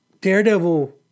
Daredevil